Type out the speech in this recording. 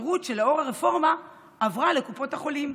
שירות שלאור הרפורמה עבר לקופות החולים.